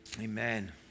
Amen